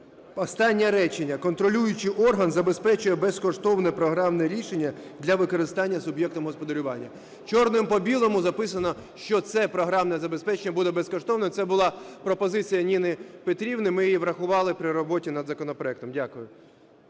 Останнє речення: контролюючий орган забезпечує безкоштовне програмне рішення для використання суб'єктом господарювання. Чорним по білому записано, що це програмне забезпечення буде безкоштовним. Це була пропозиція Ніни Петрівни, ми її врахували при роботі над законопроектом. Дякую.